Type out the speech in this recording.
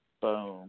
Boom